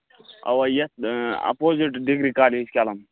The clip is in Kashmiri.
اَوا یَتھ اَپوزِٹ ڈگری کالیج کٮ۪لَم